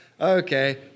Okay